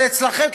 אבל אצלכם,